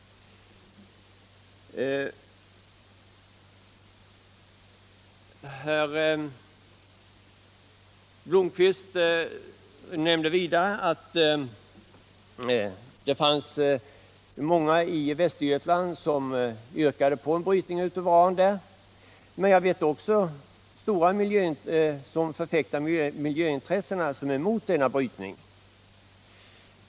Herr Blomkvist sade vidare att många i Västergötland vill få till stånd en brytning av uran. Det tror jag säkert, men jag känner också till många som förfäktar miljöintressen och som motsätter sig brytningen.